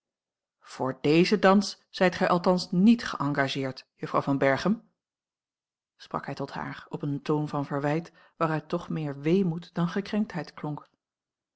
voor dezen dans zijt gij althans niet geëngageerd juffrouw van berchem sprak hij tot haar op een toon van verwijt waaruit toch meer weemoed dan gekrenktheid klonk